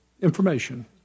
information